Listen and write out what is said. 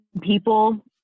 people